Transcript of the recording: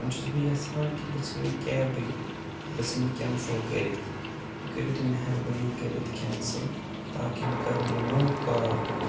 وۄنۍ چھُس بہٕ یَژھان کہِ بہٕ ژھٕنہٕ یہِ کیبٕے بہٕ ژھٕنہٕ یہِ کینٛسل کٔرِتھ یہِ کٔرِو تُہۍ مہربٲنی کٔرِتھ کینٛسل تاکہِ بہٕ کَرٕ نوٚو کار بُک